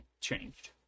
changed